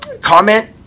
Comment